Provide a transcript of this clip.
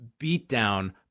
beatdown